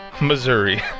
Missouri